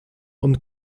und